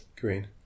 Green